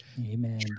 amen